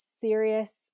serious